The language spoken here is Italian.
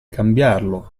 cambiarlo